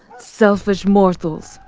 selfish mortals,